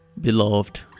Beloved